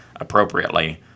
appropriately